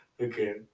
Okay